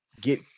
get